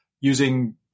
using